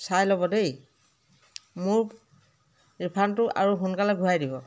চাই ল'ব দেই মোক ৰিফাণ্ডটো আৰু সোনকালে ঘূৰাই দিব